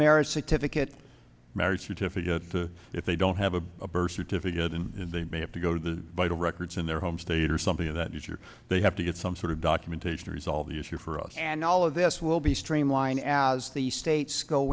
marriage certificate marriage certificate the if they don't have a birth certificate and they may have to go to the vital records in their home state or something of that your they have to get some sort of documentation resolve the issue for us and all of this will be streamlined as the states go